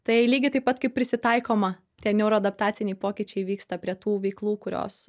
tai lygiai taip pat kaip prisitaikoma tie neuroadaptaciniai pokyčiai įvyksta prie tų veiklų kurios